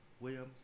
Williams